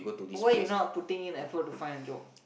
why you not putting in effort to find a job